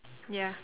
ya